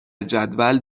جدول